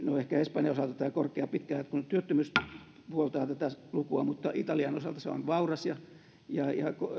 ehkä espanjan osalta tämä korkea pitkään jatkunut työttömyys puoltaa tätä lukua mutta italiakaan se on vauras ja ja